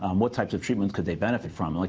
um what types of treatment could they benefit from. like